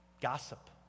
gossip